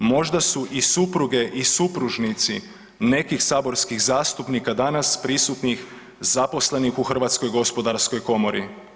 Možda su i supruge i supružnici nekih saborskih zastupnika danas prisutnih zaposleni u Hrvatskoj gospodarskoj komori.